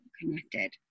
connected